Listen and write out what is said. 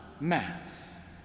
mass